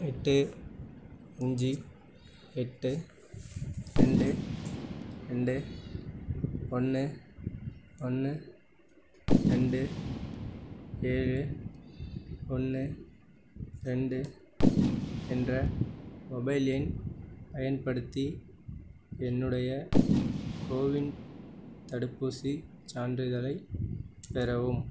எட்டு அஞ்சு எட்டு ரெண்டு ரெண்டு ஒன்று ஒன்று ரெண்டு ஏழு ஒன்று ரெண்டு என்ற மொபைல் எண் பயன்படுத்தி என்னுடைய கோவின் தடுப்பூசிச் சான்றிதழைப் பெறவும்